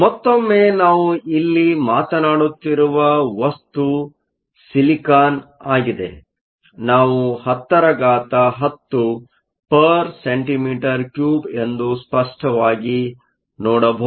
ಮತ್ತೊಮ್ಮೆ ನಾವು ಇಲ್ಲಿ ಮಾತನಾಡುತ್ತಿರುವ ವಸ್ತು ಸಿಲಿಕಾನ್ ಆಗಿದೆ ನಾವು 1010 cm 3 ಎಂದು ಸ್ಪಷ್ಟವಾಗಿ ನೋಡಬಹುದು